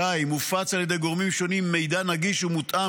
2. הופץ על ידי גורמים שונים מידע נגיש ומותאם